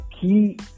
key